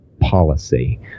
policy